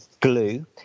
glue